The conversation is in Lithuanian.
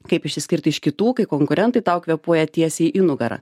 kaip išsiskirti iš kitų kai konkurentai tau kvėpuoja tiesiai į nugarą